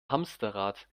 hamsterrad